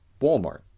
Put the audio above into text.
Walmart